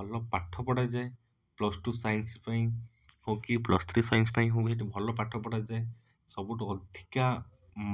ଭଲ ପାଠ ପଢ଼ାଯାଏ ପ୍ଲସ ଟୁ ସାଇନ୍ସ ପାଇଁ ଓ କି ପ୍ଲସ୍ ଥ୍ରୀ ସାଇନ୍ସ ପାଇଁ ହଉ ସେଠି ଭଲ ପାଠ ପଢ଼ାଯାଏ ସବୁଠୁ ଅଧିକା